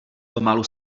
pomalu